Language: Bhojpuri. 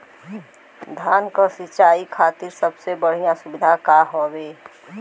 धान क सिंचाई खातिर सबसे बढ़ियां सुविधा का हवे?